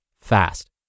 fast